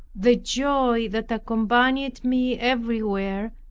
the joy that accompanied me everywhere,